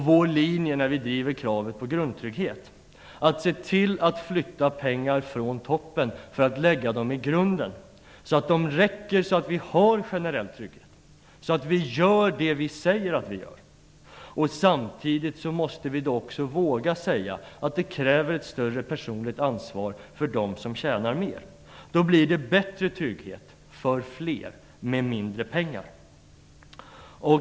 Vår linje när vi driver kravet på grundtrygghet är att man skall se till att flytta pengar från toppen för att lägga dem i grunden, så att de räcker för att skapa en generell trygghet och så att vi gör det som vi säger att vi skall göra. Men vi måste också våga säga att det krävs ett större personligt ansvar av dem som tjänar mer. Då blir det större trygghet för fler samtidigt som det kostar mindre pengar.